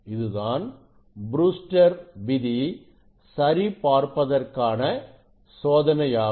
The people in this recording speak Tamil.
இதுதான் ப்ரூஸ்டர் விதி சரி பார்ப்பதற்கான சோதனையாகும்